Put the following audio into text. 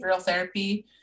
therapy